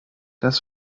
das